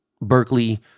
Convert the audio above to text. Berkeley